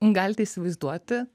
galite įsivaizduoti